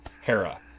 Hera